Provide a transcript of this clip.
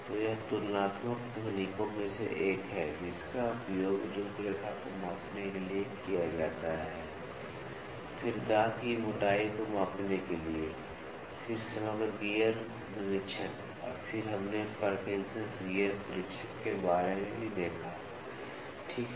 तो यह तुलनात्मक तकनीकों में से एक है जिसका उपयोग रूपरेखा को मापने के लिए किया जाता है फिर दाँत की मोटाई को मापने के लिए फिर समग्र गियर निरीक्षण और फिर हमने पार्किंसंस गियर परीक्षक के बारे में भी देखा ठीक है